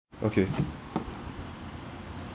okay